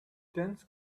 dense